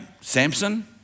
Samson